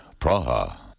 Praha